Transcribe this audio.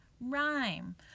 rhyme